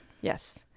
Yes